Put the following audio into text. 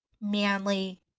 manly